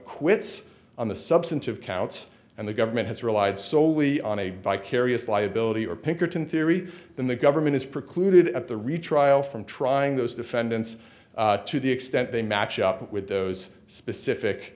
acquits on the substantive counts and the government has relied solely on a vicarious liability or pinkerton theory then the government is precluded at the retrial from trying those defendants to the extent they match up with those specific